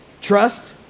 Trust